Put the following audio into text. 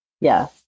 Yes